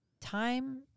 time